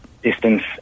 Distance